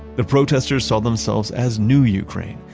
the protesters saw themselves as new ukraine,